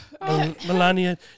Melania